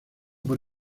por